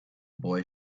boy